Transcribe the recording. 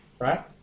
right